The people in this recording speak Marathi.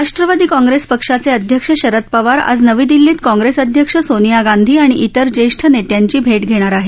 राष्ट्रवादी काँग्रेस पक्षाचे अध्यक्ष शरद पवार आज नवी दिल्लीत काँग्रेस अध्यक्ष सोनिया गांधी आणि इतर ज्येष्ठ नेत्यांची भेट घेणार आहेत